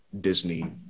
Disney